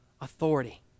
Authority